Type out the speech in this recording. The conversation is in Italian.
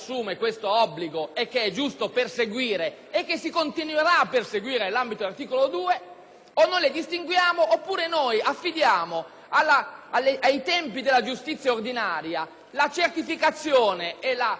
dell'articolo 2), oppure affidiamo ai tempi della giustizia ordinaria la certificazione e la verifica dell'obbligo di bonifica da parte di soggetti che oggi si rendono disponibili ad effettuarla.